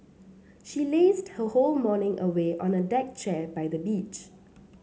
she lazed her whole morning away on a deck chair by the beach